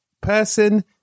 person